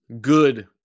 good